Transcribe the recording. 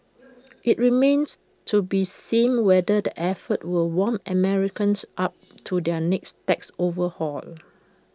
IT remains to be seen whether the efforts will warm Americans up to the tax overhaul